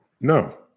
No